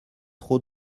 trop